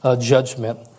judgment